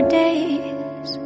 days